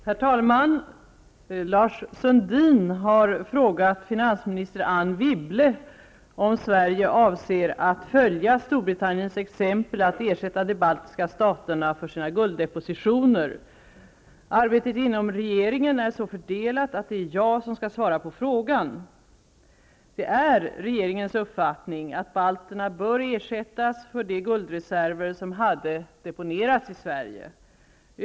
Herr talman! Lars Sundin har frågat finansminister Anne Wibble om Sverige avser att följa Storbritanniens exempel att ersätta de baltiska staterna för deras gulddepositioner. Arbetet inom regeringen är så fördelat, att det är jag som skall svara på frågan. Det är regeringens uppfattning att balterna bör ersättas för de guldreserver som hade deponerats i Sverige.